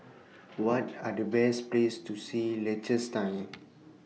What Are The Best Places to See in Liechtenstein